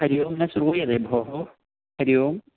हरिः ओं न श्रूयते भोः हरिः ओं